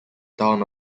town